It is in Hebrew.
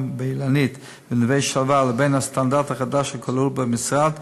ב"אילנית" וב"נווה שלווה" ובין הסטנדרט החדש הכלול במכרז,